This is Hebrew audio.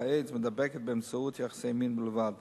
האיידס מידבקת באמצעות יחסי מין בלבד.